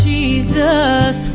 Jesus